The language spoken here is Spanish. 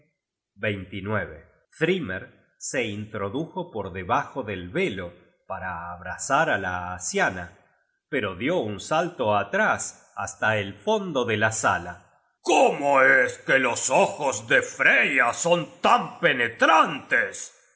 joetenhem thrymer se introdujo por debajo del velo para abrazar á la asiana pero dió un salto atrás hasta el fondo de la sala cómo es que los ojos de freya son tan penetrantes